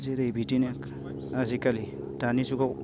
जेरै बिदिनो आजिखालि दानि जुगाव